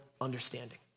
understanding